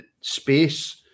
space